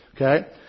Okay